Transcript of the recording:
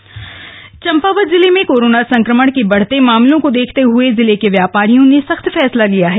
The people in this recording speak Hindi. कोरोना संक्रमण चम्पावत जिले में कोरोना संक्रमण के बढ़ते मामलों को देखते हुए जिले के व्यापारियों ने सख्त फैसला लिया है